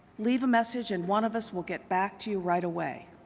leave a message and one of us will get back to you right away.